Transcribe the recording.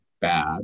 bad